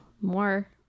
more